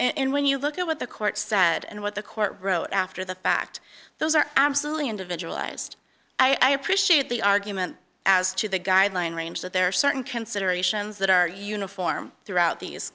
and when you look at what the court said and what the court wrote after the fact those are absolutely individual ised i appreciate the argument as to the guideline range that there are certain considerations that are uniform throughout these